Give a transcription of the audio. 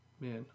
Man